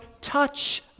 touch